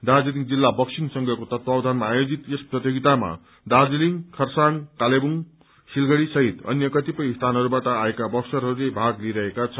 दार्जीलिङ जिल्ला बक्सिंग संघको तत्वावधानमा आयोजित यस प्रतियोगितामा दार्जीलिङ खरसाङ कालेबुङ सिलगढ़ी सहित अन्य कतिपय स्थानहरूबाट आएका बक्सरहरूले भाग लिइरहेका छन्